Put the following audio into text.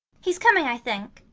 he's coming, i think.